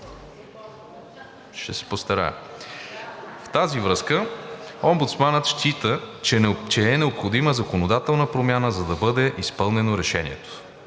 от нея. В тази връзка омбудсманът счита, че е необходима законодателна промяна, за да бъде изпълнено решението.